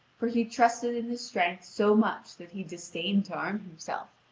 for he trusted in his strength so much that he disdained to arm himself.